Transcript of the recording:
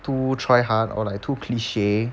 too try hard or like too cliche